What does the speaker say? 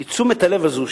כי תשומת הלב הזאת,